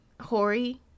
Hori